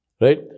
Right